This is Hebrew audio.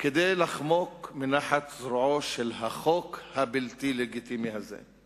כדי לחמוק מנחת זרועו של החוק הבלתי-לגיטימי הזה.